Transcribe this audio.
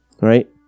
right